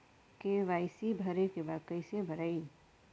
KYC भरे के बा कइसे भराई?